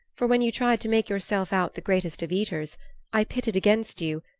for when you tried to make yourself out the greatest of eaters i pitted against you,